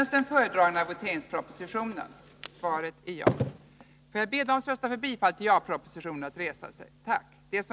Strax före kl.